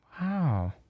Wow